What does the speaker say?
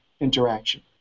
interaction